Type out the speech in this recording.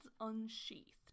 unsheathed